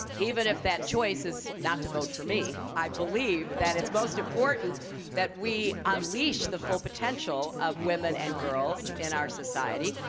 even if that choice is not to vote for me. i believe that it's most important that we unleash the full potential of women and girls in our society.